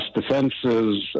defenses